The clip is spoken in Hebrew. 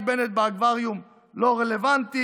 נפתלי בנט באקווריום, לא רלוונטי.